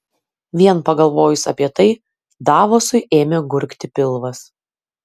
vien pagalvojus apie tai davosui ėmė gurgti pilvas